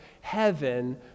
heaven